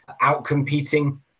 out-competing